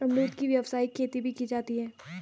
अमरुद की व्यावसायिक खेती भी की जाती है